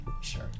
Sure